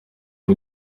y’u